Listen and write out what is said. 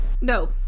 No